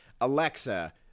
Alexa